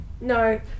No